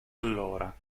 allora